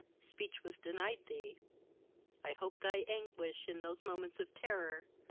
speech was denied thee i hope thy anguish, in those moments of terror,